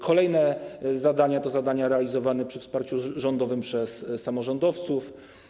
Kolejne zadania to zadania realizowane przy wsparciu rządowym przez samorządowców.